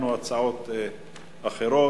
אם כך, אין לנו הצעות אחרות.